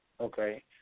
Okay